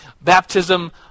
Baptism